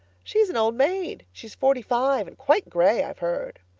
she's an old maid. she's forty-five and quite gray, i've heard.